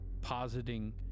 positing